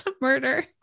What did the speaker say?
murder